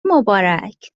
مبارک